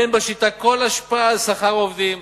אין בשיטה כל השפעה על שכר העובדים,